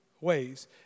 ways